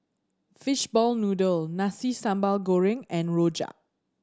fishball noodle Nasi Sambal Goreng and rojak